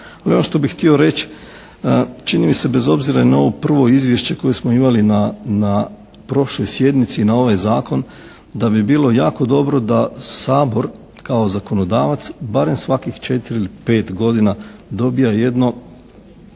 Ono što bih htio reći, čini mi se bez obzira i na ovo prvo izvješće koje smo imali na prošloj sjednici na ovaj zakon da bi bilo jako dobro da Sabor kao zakonodavac barem svakih četiri ili pet godina dobija jedno